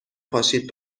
پاشید